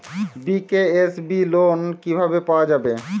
BKSB loan কিভাবে পাওয়া যাবে?